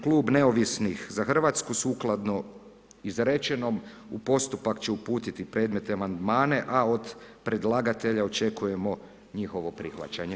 Klub Neovisni za Hrvatsku sukladno izrečenom u postupak će uputiti predmetne amandmane, a od predlagatelja očekujemo njihovo prihvaćanje.